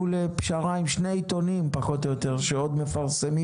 לפשרה עם שני עיתונים פחות או יותר שעוד מפרסמים